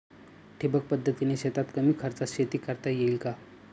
ठिबक पद्धतीने शेतात कमी खर्चात शेती करता येईल का?